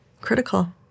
critical